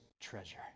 treasure